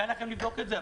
קל לכם לבדוק את זה.